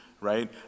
right